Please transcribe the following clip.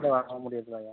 உள்ளே வர முடிகிறதில்ல ஐயா